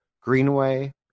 Greenway